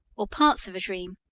or parts of a dream,